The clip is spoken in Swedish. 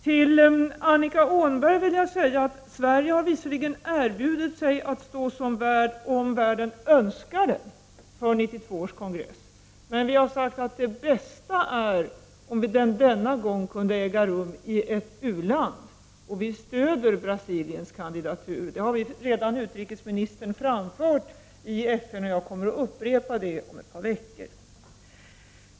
Till Annika Åhnberg vill jag säga att Sverige visserligen har erbjudit sig att stå som värd för 1992 års kongress, om världen önskar det. Men vi har sagt att det bästa vore om kongressen denna gång kunde äga rum i ett u-land. Vi stöder Brasiliens kandidatur. Det har utrikesministern redan framfört i FN, och jag kommer att upprepa det om ett par veckor.